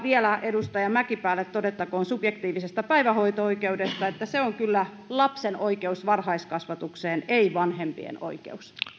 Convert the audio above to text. vielä edustaja mäkipäälle todettakoon subjektiivisesta päivähoito oikeudesta että se on kyllä lapsen oikeus varhaiskasvatukseen ei vanhempien oikeus